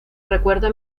recuerda